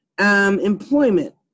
employment